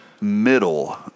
middle